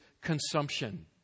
consumption